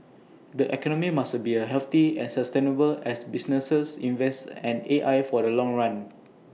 the economy must be healthy and sustainable as businesses invest in AI for the long run